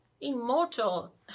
immortal